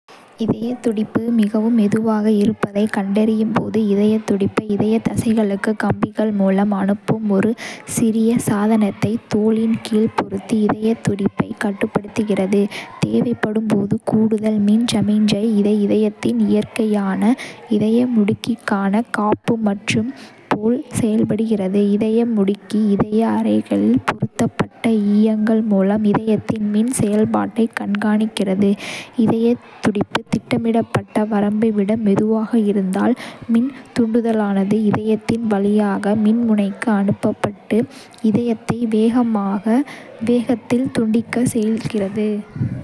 இதயத் துடிப்பு மிகவும் மெதுவாக இருப்பதைக் கண்டறியும் போது, ​​இதயத் துடிப்பை இதயத் தசைகளுக்கு கம்பிகள் மூலம் அனுப்பும் ஒரு சிறிய சாதனத்தை தோலின் கீழ் பொருத்தி இதயத் துடிப்பைக் கட்டுப்படுத்துகிறது. தேவைப்படும் போது கூடுதல் மின் சமிக்ஞை இது இதயத்தின் இயற்கையான இதயமுடுக்கிக்கான காப்பு அமைப்பு போல் செயல்படுகிறது. இதயமுடுக்கி இதய அறைகளில் பொருத்தப்பட்ட ஈயங்கள் மூலம் இதயத்தின் மின் செயல்பாட்டை கண்காணிக்கிறது. இதயத் துடிப்பு திட்டமிடப்பட்ட வரம்பை விட மெதுவாக இருந்தால், மின் தூண்டுதலானது ஈயத்தின் வழியாக மின்முனைக்கு அனுப்பப்பட்டு இதயத்தை வேகமான வேகத்தில் துடிக்கச் செய்கிறது.